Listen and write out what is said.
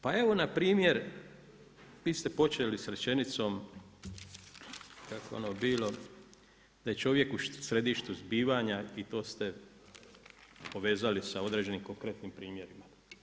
Pa evo, npr., vi ste počeli s rečenicom kako je ono bilo, da je čovjek u središtu zbivanja i to ste povezali s određenim konkretnim primjerima.